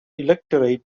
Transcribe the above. electorate